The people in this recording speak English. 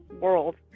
world